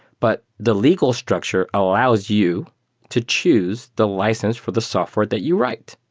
but the legal structure allows you to choose the license for the software that you write.